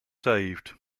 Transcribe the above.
saved